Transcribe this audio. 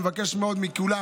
ואני מבקש מאוד מכולם,